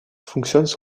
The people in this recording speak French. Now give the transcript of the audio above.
fonctionnent